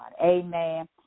Amen